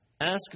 Ask